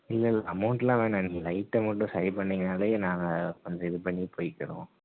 இல்லல்லை அமௌண்டெலாம் வேணாம் நீங்கள் லைட்டை மட்டும் சரி பண்ணிங்கனாலே நாங்கள் கொஞ்சம் இது பண்ணி போய்க்கிறோம்